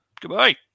Goodbye